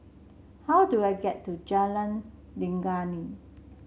how do I get to Jalan Legundi